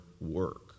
work